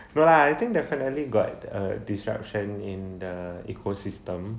no lah I think definitely got a disruption in the ecosystem